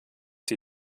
die